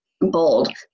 bold